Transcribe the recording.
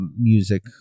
music